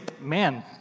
man